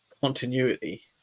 continuity